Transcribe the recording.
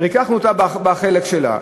בחלק שלה.